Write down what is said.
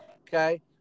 Okay